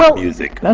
ah music?